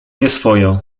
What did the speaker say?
nieswojo